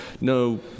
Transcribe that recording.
no